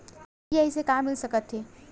UPI से का मिल सकत हे?